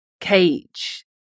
cage